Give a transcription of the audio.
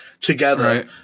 together